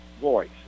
voice